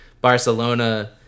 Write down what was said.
barcelona